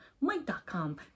mike.com